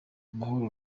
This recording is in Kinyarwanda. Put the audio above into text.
amahoro